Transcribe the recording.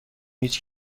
هیچ